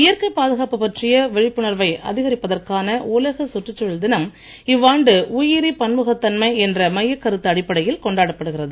இயற்கை பாதுகாப்பு பற்றிய விழிப்புணர்வை அதிகரிப்பதற்கான உலகச் சுற்றுச்சூழல் தினம் இவ்வாண்டு உயிரி பன்முகத் தன்மை என்ற மையக் கருத்து அடிப்படையில் கொண்டாடப் படுகிறது